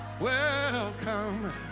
Welcome